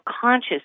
conscious